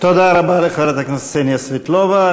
תודה רבה לחברת הכנסת קסניה סבטלובה.